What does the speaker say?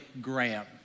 Graham